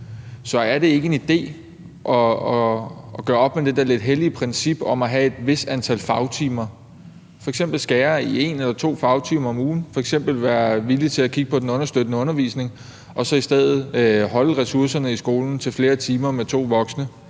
Så er det ikke en idé at gøre op med det der lidt hellige princip om at have et vist antal fagtimer, f.eks. ved at skære i en eller to fagtimer om ugen, f.eks. ved at være villig til at kigge på den understøttende undervisning og så i stedet holde ressourcerne i skolen og bruge dem til flere timer med to voksne